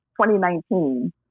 2019